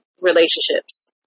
relationships